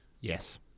Yes